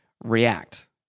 react